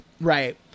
right